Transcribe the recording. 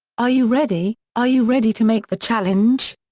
are you ready, are you ready to make the challenge?